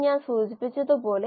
നിരവധി മോഡലുകൾ ഉണ്ട്